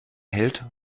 hält